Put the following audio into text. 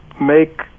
make